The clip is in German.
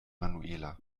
manuela